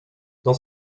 dans